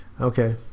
Okay